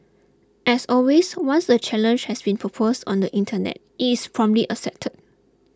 as always once a challenge has been proposed on the Internet it's promptly accepted